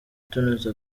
tunoza